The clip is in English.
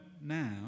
now